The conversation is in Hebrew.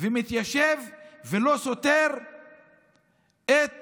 מתיישב ולא סותר את